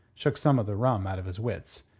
shook some of the rum out of his wits,